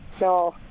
No